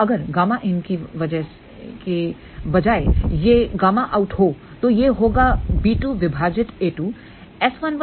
तो अगर Ƭinकी बजाय यह ƬOUT हो तो यह होगा b2 विभाजित a2